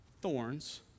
thorns